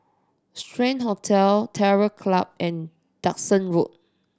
Strand Hotel Terror Club and Duxton Road